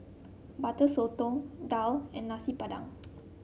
Butter Sotong daal and Nasi Padang